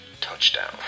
touchdown